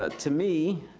ah to me,